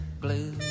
Blue